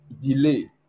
delay